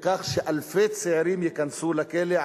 בכך שאלפי צעירים ייכנסו לכלא,